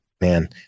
man